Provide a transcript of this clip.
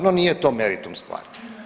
No, nije to meritum stvari.